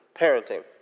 parenting